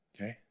okay